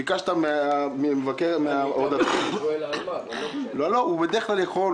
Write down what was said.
הוא בדרך כלל יכול.